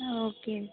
okay